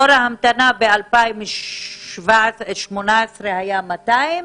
תור ההמתנה ב-2018 היה 200,